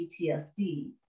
PTSD